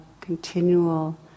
continual